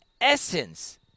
essence